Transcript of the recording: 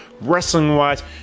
wrestling-wise